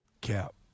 Cap